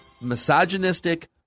misogynistic